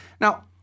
Now